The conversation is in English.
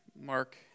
Mark